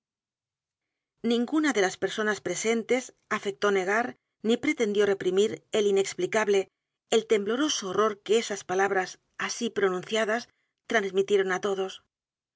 ninguna de las personas presentes afectó negar ni pretendió reprimir el inexplicable el tembloroso horror que esas palabras así pronunciadas trasmitieron á todos